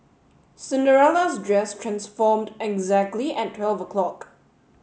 Cinderella's dress transformed exactly at twelve o'clock